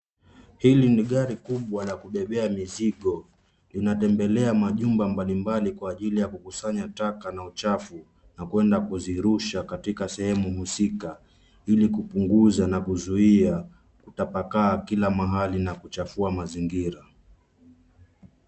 Hili ni gari kubwa la kubebea mizigo. Linatembelea majumba mbalimbali kwa ajili ya kukusanya taka na uchafu na kuenda kuzirusha katika sehemu husika ili kupunguza na kuzuia kutapakaa kila mahali na kuchafua mazingira.